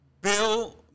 Bill